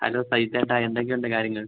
hello സജിത്തേട്ടാ എന്തെക്കെ ഉണ്ട് കാര്യങ്ങൾ